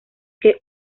que